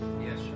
Yes